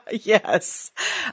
Yes